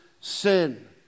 sin